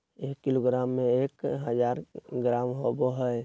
एक किलोग्राम में एक हजार ग्राम होबो हइ